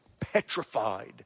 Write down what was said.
petrified